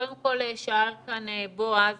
קודם כל שאל כאן בועז